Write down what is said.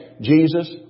Jesus